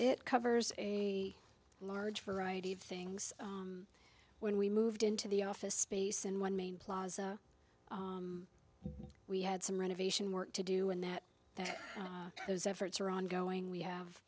it covers a large variety of things when we moved into the office space and one main plaza we had some renovation work to do and that those efforts are ongoing we have